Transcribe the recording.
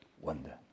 wonder